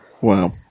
Wow